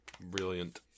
Brilliant